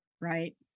right